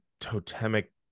totemic